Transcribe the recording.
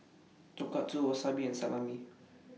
Tonkatsu Wasabi and Salami